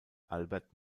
albert